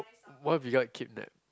what if we got kidnapped